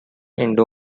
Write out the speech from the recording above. indo